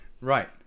Right